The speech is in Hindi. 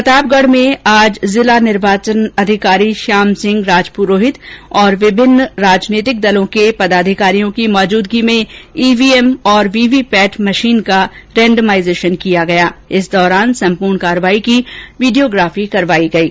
प्रतापगढ में आज जिला निर्वाचन अधिकारी श्याम सिंह राजपुरोहित और विभिन्न राजनीतिक दलों कके पदाधिकारियों की मौजूदगी में ईवीएम और वीवीपैट मशीन का रेंडमाइजेशन किया गया इस दौरान संपूर्ण कार्यवाही की वीडियोग्राफी करवायी गयी